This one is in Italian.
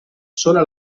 sola